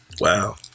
wow